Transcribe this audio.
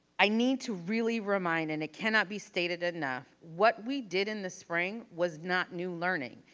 i need to really remind, and it cannot be stated enough, what we did in the spring was not new learning.